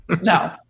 No